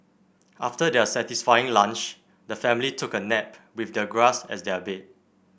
after their satisfying lunch the family took a nap with the grass as their bed